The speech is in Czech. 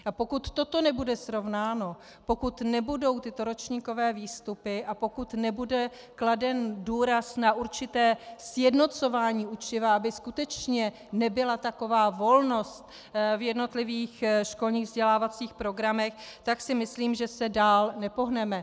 A pokud toto nebude srovnáno, pokud nebudou tyto ročníkové výstupy a pokud nebude kladen důraz na určité sjednocování učiva, aby skutečně nebyla taková volnost v jednotlivých školních vzdělávacích programech, tak si myslím, že se dál nepohneme.